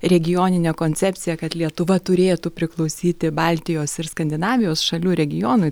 regioninė koncepcija kad lietuva turėtų priklausyti baltijos ir skandinavijos šalių regionui